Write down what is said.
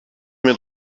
mit